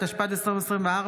התשפ"ד 2024,